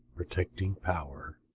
protecting power.